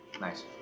Nice